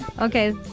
Okay